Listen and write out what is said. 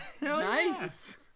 nice